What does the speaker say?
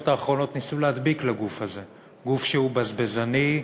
האחרונות ניסו להדביק לגוף הזה: גוף שהוא בזבזני,